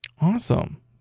Awesome